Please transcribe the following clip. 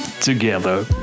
Together